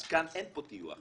אז כאן אין טיוח.